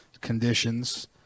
conditions